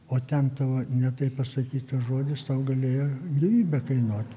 o ten tavo ne taip pasakytas žodis tau galėjo gyvybę kainuot